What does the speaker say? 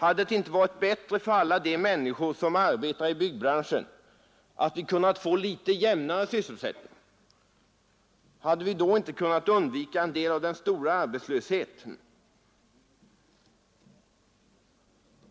Hade det inte varit bättre för alla de människor som arbetar i byggnadsbranschen att kunna få lite jämnare sysselsättning? Hade vi då inte kunnat undvika en del av den stora arbetslösheten?